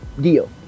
deal